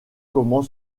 comment